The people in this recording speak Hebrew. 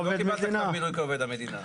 אתה לא קיבלת את מינוי כעובד מדינה.